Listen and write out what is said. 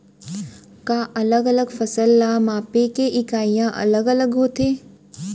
का अलग अलग फसल ला मापे के इकाइयां अलग अलग होथे?